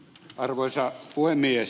arvoisa puhemies